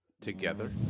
Together